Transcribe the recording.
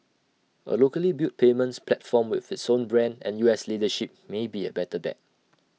A locally built payments platform with its own brand and U S leadership may be A better bet